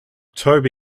toby